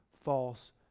false